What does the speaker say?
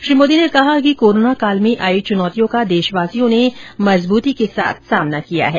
श्री मोदी ने कहा कि कोरोनाकाल में आई चुनौतियों का देशवासियों ने मजबूती के साथ सामना किया है